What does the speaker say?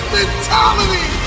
mentality